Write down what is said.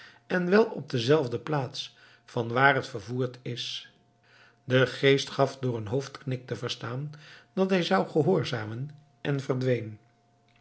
en wel op dezelfde plaats vanwaar het vervoerd is de geest gaf door een hoofdknik te verstaan dat hij zou gehoorzamen en verdween